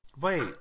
Wait